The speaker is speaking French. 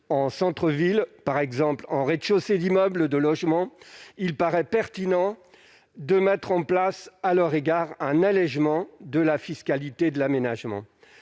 en centre-ville par exemple, en rez-de-chaussée d'immeubles de logements, il paraît pertinent de mettre en place à leur égard un allégement de la fiscalité de l'aménagement,